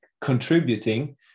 contributing